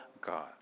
God